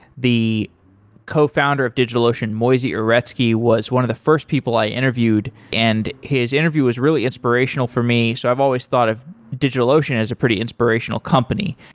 the cofounder of digitalocean, moisey uretsky, was one of the first people i interviewed, and his interview was really inspirational for me. so i've always thought of digitalocean as a pretty inspirational company.